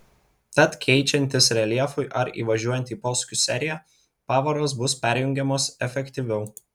tad keičiantis reljefui ar įvažiuojant į posūkių seriją pavaros bus perjungiamos efektyviau